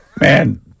Man